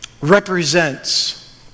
represents